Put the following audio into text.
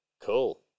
Cool